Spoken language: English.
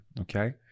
Okay